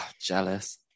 jealous